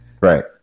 Right